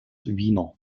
wiener